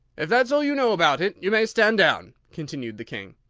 if that's all you know about it, you may stand down, continued the king.